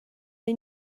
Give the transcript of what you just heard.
neu